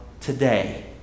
today